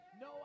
No